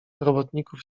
robotników